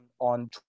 on